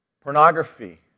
pornography